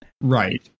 Right